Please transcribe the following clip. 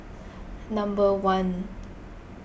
number one